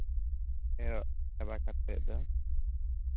ᱮᱨᱚᱜ ᱪᱟᱵᱟ ᱠᱟᱛᱮᱫ ᱫᱚ